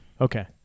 Okay